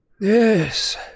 Yes